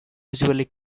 usually